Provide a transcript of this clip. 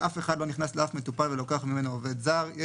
אי אפשר להעסיק עובד זר בלי לשכה פרטית.